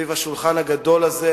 השולחן הגדול הזה,